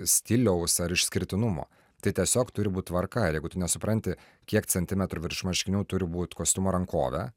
stiliaus ar išskirtinumo tai tiesiog turi būt tvarka ir jeigu tu nesupranti kiek centimetrų virš marškinių turi būt kostiumo rankovė